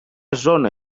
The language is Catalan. zona